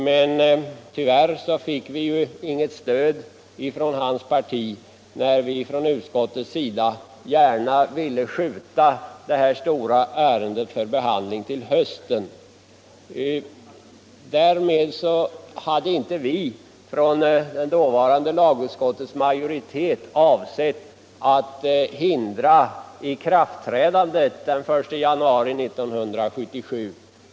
Men tyvärr fick vi inget stöd från hans parti när vi i lagutskottet gärna ville skjuta på behandlingen av det här stora ärendet till hösten. Därmed hade inte lagutskottets dåvarande majoritet avsett att hindra ikraftträdandet den 1 januari 1977.